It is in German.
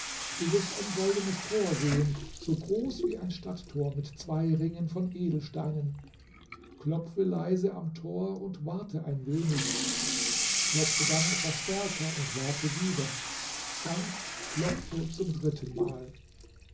du wirst ein goldenes tor sehen so groß wie ein stadttor mit zwei ringen von edelsteinen klopfe leise am tor und warte ein wenig klopfe dann etwas stärker und warte wieder dann klopfe zum dritten mal